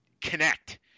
connect